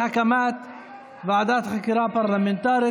סיימת את זמנך.